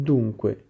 Dunque